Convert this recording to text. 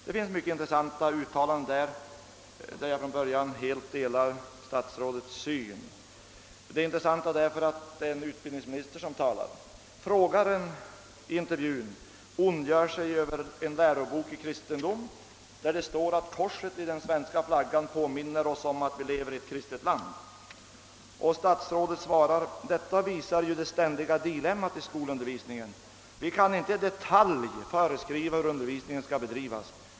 Det finns i denna intervju många uttalanden, där jag helt delar statsrådets uppfattning, men de är särskilt intressanta därför att det är en utbildningsminister som talar. Frågeställaren i intervjun ondgör sig över en lärobok i kristendom, där det står att korset i den svenska flaggan påminner om att vi lever i ett kristet land. Statsrådet svarar: Detta visar det ständiga dilemmat i skolundervisningen. Vi kan inte i detalj föreskriva hur undervisningen skall bedrivas.